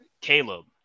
Caleb